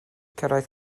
cyrraedd